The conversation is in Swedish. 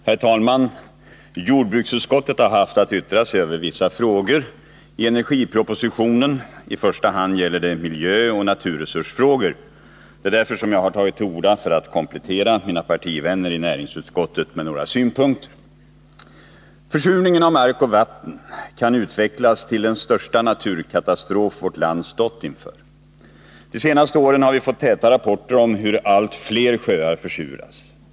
Herr talman! Jordbruksutskottet har haft att yttra sig över vissa frågor i energipropositionen. I första hand gäller det miljöoch naturresursfrågor. Jag har tagit till orda för att i de avseendena komplettera vad som framhållits av mina partivänner i näringsutskottet med några synpunkter. Försurningen av mark och vatten kan utvecklas till den största naturkatastrof vårt land stått inför. De senaste åren har vi fått täta rapporter om hur allt fler sjöar försuras.